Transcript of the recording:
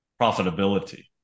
profitability